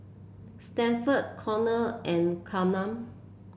Stanford Conor and Kareem